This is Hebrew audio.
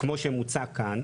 כמו שמוצע כאן,